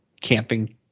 camping